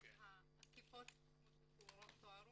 עקיפות כמו שתוארו.